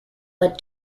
led